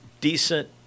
decent